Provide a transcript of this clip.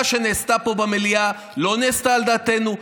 שנעשתה פה במליאה לא נעשתה על דעתנו,